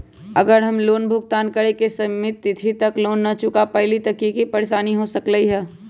अगर हम लोन भुगतान करे के सिमित तिथि तक लोन न चुका पईली त की की परेशानी हो सकलई ह?